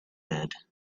bed